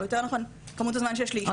או יותר נכון כמות הזמן שיש לאישה לקבל.